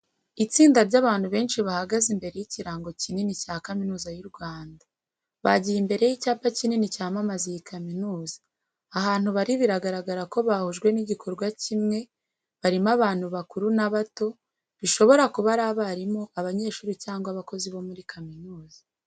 Itsinda ry’abantu benshi bahagaze imbere y’ikirango kinini cya Kaminuza y’u Rwanda. Bagiye imbere y’icyapa kinini kibamamaza iyi kaminuza. Abantu bari bigaragarako bahujwe n'igikorwa kimwe barimo abantu bakuru n’abato, bishobora kuba abarimu, abanyeshuri, cyangwa abakozi ba kaminuza.